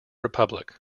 republic